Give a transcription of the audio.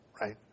right